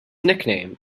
nickname